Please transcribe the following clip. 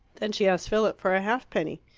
then she asked philip for a halfpenny.